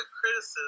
criticism